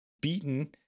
beaten